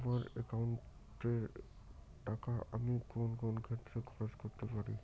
আমার একাউন্ট এর টাকা আমি কোন কোন ক্ষেত্রে খরচ করতে পারি?